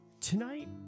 Tonight